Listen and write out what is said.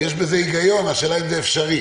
יש בזה היגיון, השאלה אם זה אפשרי.